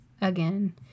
again